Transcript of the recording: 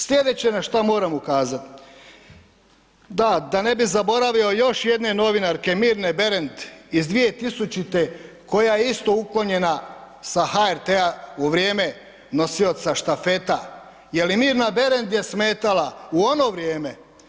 Slijedeće na šta moram ukazat, da da ne bi zaboravio još jedne novinarke Mirne Berend iz 2000. koja je isto uklonjena sa HRT-a u vrijeme nosioca štafeta jel i Mirna Berend je smetala u ono vrijeme.